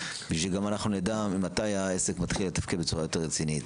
ושגם אנחנו נדע מתי העסק מתחיל לתפקד בצורה יותר רצינית.